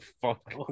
fuck